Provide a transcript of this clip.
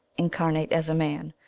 incarnate as a man,